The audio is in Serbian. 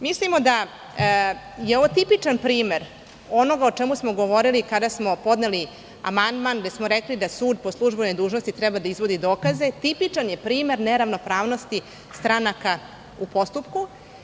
Mislimo da je ovo tipičan primer onoga o čemu smo govorili kada smo podneli amandman gde smo rekli da sud po službenoj dužnosti treba da izvodi dokaze, tipičan je primer neravnopravnosti stranaka u postupku.